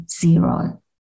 zero